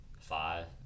five